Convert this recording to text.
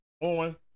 on